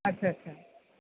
আচ্ছা আচ্ছা